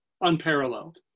unparalleled